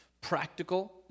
practical